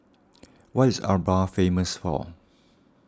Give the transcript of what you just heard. what is Aruba famous for